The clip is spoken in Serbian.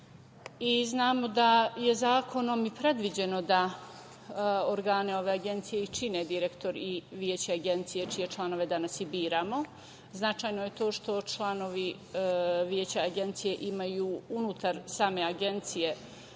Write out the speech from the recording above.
Znamo da je zakonom i predviđeno da organe ove Agencije i čine direktor i Veća Agencije, čije članove danas i biramo, značajno je to što članovi Veća Agencije imaju unutar same Agencije